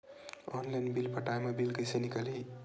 Online bill पटाय मा bill कइसे निकलही?